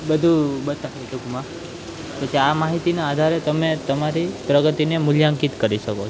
બધું બતાવે ટૂંકમાં પછી આ માહિતીના આધારે તમે તમારી પ્રગતિને મૂલ્યાંકીત કરી શકો